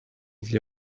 для